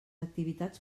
activitats